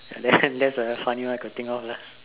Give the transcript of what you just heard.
lessen that's a funny one I can think of lah